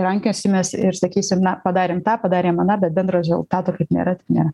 rankiosimės ir sakysim na padarėm tą padarėm aną bet bendro rezultato kaip nėra taip nėra